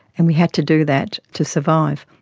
and we had to do that to survive.